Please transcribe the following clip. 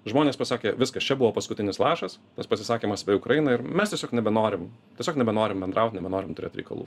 žmonės pasakė viskas čia buvo paskutinis lašas tas pasisakymas apie ukrainą ir mes tiesiog nebenorim tiesiog nebenorim bendraut nebenorim turėt reikalų